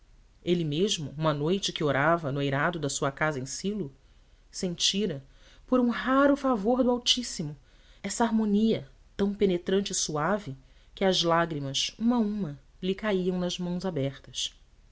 ele mesmo uma noite que orava no eirado da sua casa em silo sentira por um raro favor do altíssimo essa harmonia tão penetrante e suave que as lágrimas uma a uma lhe caíam nas mãos abertas